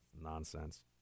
Nonsense